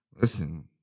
Listen